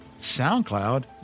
SoundCloud